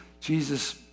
Jesus